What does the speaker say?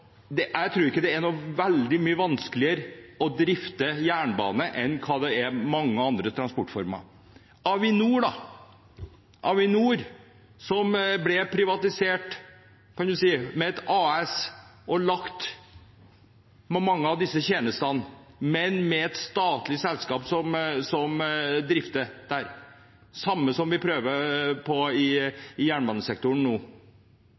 nevnt. Jeg tror ikke det er veldig mye vanskeligere å drifte jernbane enn mange andre transportformer. Avinor ble privatisert til et AS med mange av disse tjenestene, men med et statlig selskap som drifter. Det er det samme vi prøver på i jernbanesektoren nå.